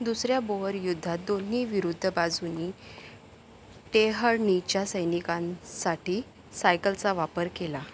दुसऱ्या बोअर युद्धात दोन्ही विरुद्ध बाजूंनी टेहळणीच्या सैनिकांसाठी सायकलचा वापर केला